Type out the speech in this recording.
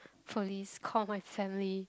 police call my family